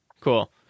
Cool